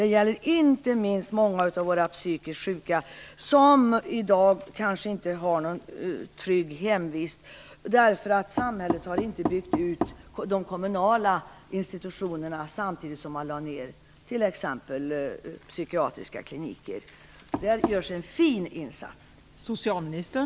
De berörda är inte minst många av våra psykiskt sjuka, som i dag kanske inte har någon trygg hemvist därför att samhället inte har byggt ut de kommunala institutionerna samtidigt som man lade ner t.ex. psykiatriska kliniker. För dessa människor görs en fin insats.